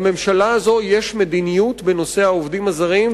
לממשלה הזו יש מדיניות בנושא העובדים הזרים,